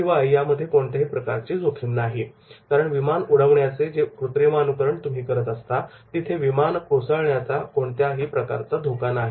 शिवाय यामध्ये कोणत्याही प्रकारची जोखीम नाही कारण विमान उडवण्याचे जे कृत्रिमानुकरण तुम्ही करत असता तिथे विमान कोसळण्याचा कोणत्याही प्रकारचा धोका नाही